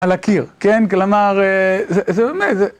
על הקיר, כן? כלומר, זה, זה באמת, זה...